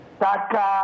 saka